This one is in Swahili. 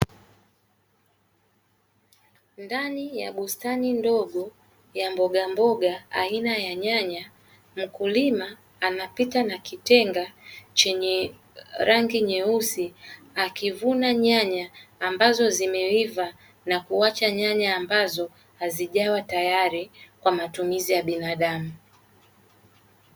Ndani ya bustani ndogo ya mboga mboga aina ya nyanya, mkulima anapita na kitenga chenye rangi nyeusi akivuna nyanya ambazo zimeiva na kuacha nyanya ambazo hazijawa tayari kwa matumizi ya binadamu.